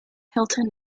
hilton